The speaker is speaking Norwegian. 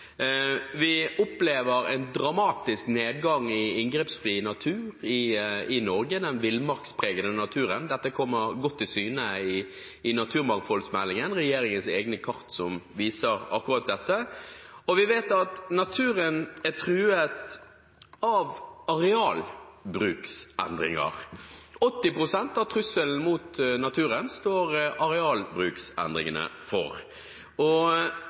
Vi opplever en dramatisk nedgang i inngrepsfri natur i Norge, den villmarkspregede naturen. Dette kommer godt til syne i naturmangfoldsmeldingen, regjeringens egne kart som viser akkurat dette. Og vi vet at naturen er truet av arealbruksendringer. 80 pst. av trusselen mot naturen står arealbruksendringene for, og